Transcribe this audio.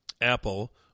Apple